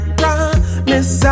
promise